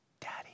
Daddy